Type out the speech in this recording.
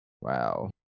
wow